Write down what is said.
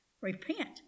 repent